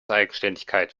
eigenständigkeit